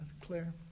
Claire